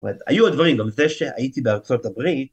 היו הדברים, גם זה שהייתי בארצות הברית